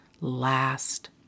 last